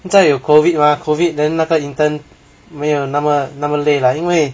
现在有 COVID mah COVID then 那个 intern 没有那么那么累 lah 因为